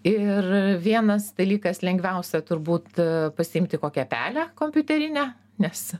ir vienas dalykas lengviausia turbūt pasiimti kokią pelę kompiuterinę nes